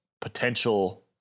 potential